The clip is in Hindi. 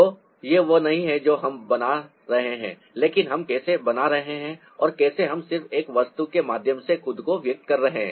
तो यह वह नहीं है जो हम बना रहे हैं लेकिन हम कैसे बना रहे हैं और कैसे हम सिर्फ एक वस्तु के माध्यम से खुद को व्यक्त कर रहे हैं